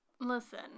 Listen